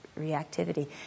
reactivity